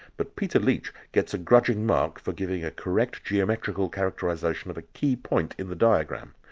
but peter leach gets a grudging mark for giving a correct geometrical characterisation of a key point in the diagram,